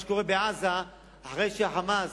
מה שקורה בעזה אחרי ש"חמאס"